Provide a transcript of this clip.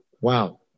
Wow